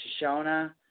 Shoshona